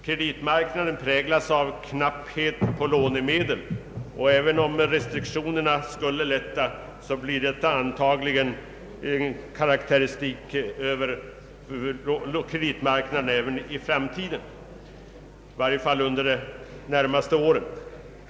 Kreditmarknaden präglas av knapphet på lånemedel, och även om restriktionerna skulle lätta kommer denna karakteristik av kreditmarknaden antagligen att stå sig även i framtiden, i varje fall under de närmaste åren.